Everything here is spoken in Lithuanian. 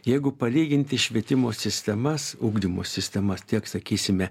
jeigu palyginti švietimo sistemas ugdymo sistemas tiek sakysime